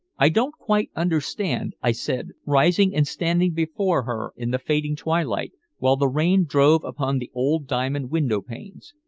i don't quite understand, i said, rising and standing before her in the fading twilight, while the rain drove upon the old diamond window panes.